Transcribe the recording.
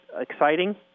exciting